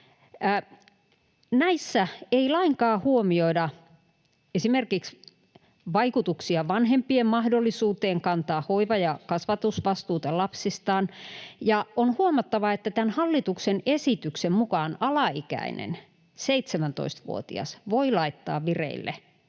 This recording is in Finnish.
Näissä ei lainkaan huomioida esimerkiksi vaikutuksia vanhempien mahdollisuuteen kantaa hoiva- ja kasvatusvastuuta lapsistaan, ja on huomattava, että tämän hallituksen esityksen mukaan alaikäinen, 17-vuotias, voi laittaa vireille hakemuksen